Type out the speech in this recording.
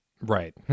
Right